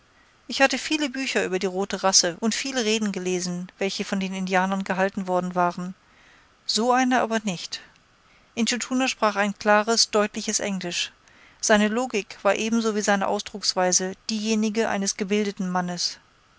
ich hatte viele bücher über die rote rasse und viele reden gelesen welche von indianern gehalten worden waren so eine aber nicht intschu tschuna sprach ein klares deutliches englisch seine logik war ebenso wie seine ausdrucksweise diejenige eines gebildeten mannes